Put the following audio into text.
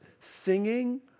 singing